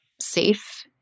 Safe